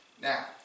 Now